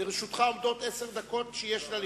לרשותך עומדות עשר דקות שיש לליכוד.